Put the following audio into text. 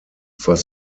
was